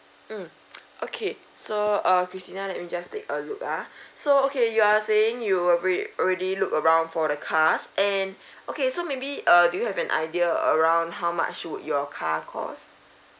mm okay so uh christina let me just take a look ah so okay you are saying you already already look around for the cars and okay so maybe uh do you have an idea around how much would your car cost